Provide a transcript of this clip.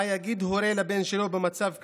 מה יגיד הורה לבן שלו במצב כזה?